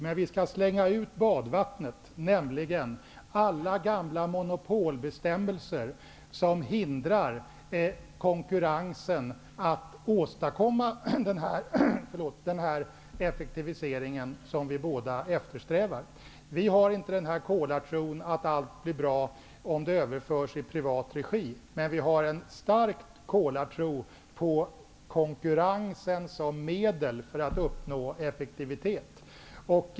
Men vi skall slänga ut badvattnet, nämligen alla gamla monopolbestämmelser som hindrar konkurrensen att åstadkomma den effektivisering som vi båda eftersträvar. Vi har inte kolartron att allt blir bra om det överförs i privat regi, men vi har en stark kolartro på konkurrensen som medel för att uppnå effektivitet.